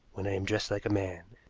when i am dressed like a man,